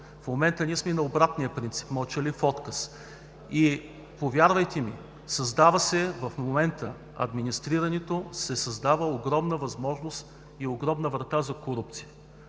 В момента ние сме на обратния принцип – мълчалив отказ. Повярвайте ми, в момента в администрирането се създава огромна възможност и огромна врата за корупция.